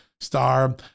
star